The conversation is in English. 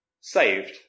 saved